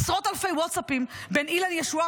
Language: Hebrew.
עשרות אלפי ווטסאפים בין אילן ישועה,